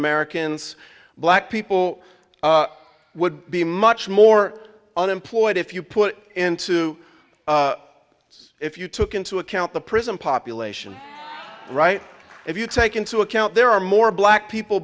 americans black people would be much more unemployed if you put into words if you took into account the prison population right if you take into account there are more black people